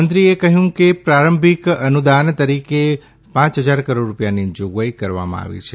મંત્રીએ કહ્યું પ્રારંભિક અનુદાન તરીકે પાંચ હજાર કરોડ રૂપિયાની જોગવાઈ કરવામાં આવી છે